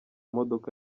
modoka